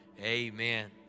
Amen